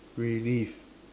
relive